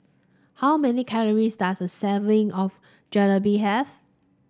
how many calories does a of Jalebi have